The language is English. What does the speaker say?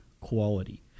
quality